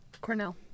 Cornell